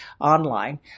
online